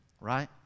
right